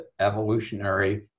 evolutionary